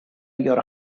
your